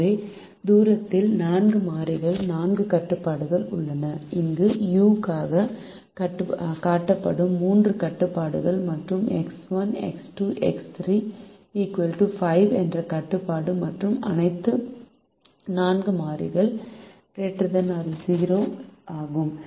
எனவே சூத்திரத்தில் 4 மாறிகள் 4 கட்டுப்பாடுகள் உள்ளன இங்கு u க்காகக் காட்டப்படும் 3 கட்டுப்பாடுகள் மற்றும் X1 X2 X3 5 என்ற கட்டுப்பாடு மற்றும் அனைத்து 4 மாறிகள் ≥ 0 ஆகும்